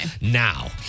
Now